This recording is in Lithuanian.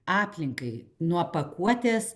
aplinkai nuo pakuotės